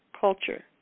culture